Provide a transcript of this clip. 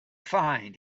find